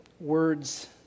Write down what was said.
words